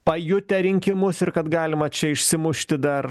pajutę rinkimus ir kad galima čia išsimušti dar